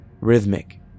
rhythmic